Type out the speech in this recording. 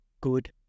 good